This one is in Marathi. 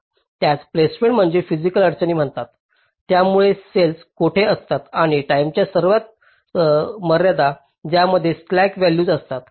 त्यास प्लेसमेंट म्हणजे फिसिकल अडचणी म्हणतात ज्यामुळे सेल्स कोठे असतात आणि टाईमेच्या मर्यादा ज्यामध्ये स्लॅक व्हॅल्यूज असतात